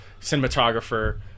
cinematographer